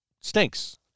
Stinks